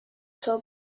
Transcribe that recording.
zur